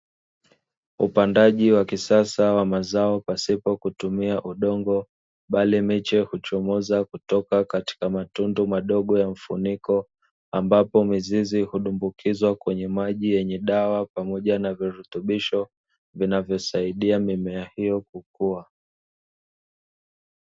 Upandaji wa kisasa wa mazao pasipo kutumia udongo bali miche ya kuchomoza kutoka katika matundu madogo ya mfuniko, ambapo mizizi kudumbukizwa kwenye maji yenye dawa pamoja na virutubisho, vinavyosaidia mimea hiyo kukua.